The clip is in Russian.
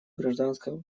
гражданского